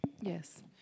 yes